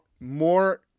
more